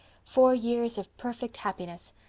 four years of perfect happiness,